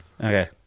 Okay